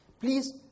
Please